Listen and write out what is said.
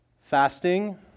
fasting